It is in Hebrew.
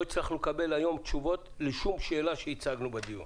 לא הצלחנו לקבל היום תשובות לשום שאלה ששאלנו בדיון.